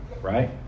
Right